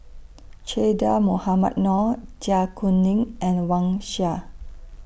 Che Dah Mohamed Noor Zai Kuning and Wang Sha